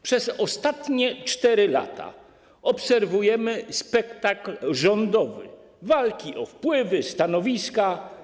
Przez ostatnie 4 lata obserwujemy spektakl rządowy, walki o wpływy, stanowiska.